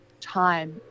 time